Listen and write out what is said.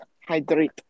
Hydrate